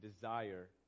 desire